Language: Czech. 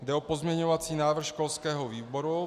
Jde o pozměňovací návrh školského výboru.